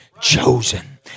Chosen